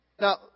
Now